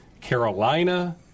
Carolina